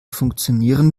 funktionieren